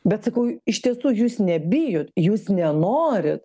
bet sakau iš tiesų jūs nebijot jūs nenori